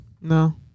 no